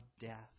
death